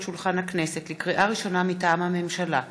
ראשונה, מטעם הממשלה: